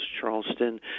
charleston